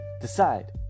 decide